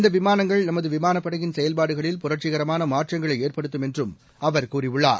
இந்த விமானங்கள் நமது விமானப் படையின் செயல்பாடுகளில் புரட்சிகரமான மாற்றங்களை ஏற்படுத்தும் என்றும் அவர் கூறியுள்ளார்